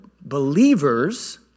believers